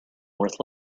worth